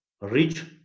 rich